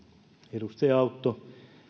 edustaja autto